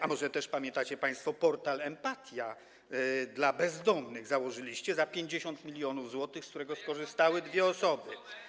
A może też pamiętacie państwo portal Emp@tia dla bezdomnych, który założyliście za 50 mln zł i z którego skorzystały dwie osoby?